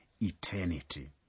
eternity